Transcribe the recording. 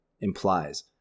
implies